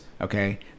Okay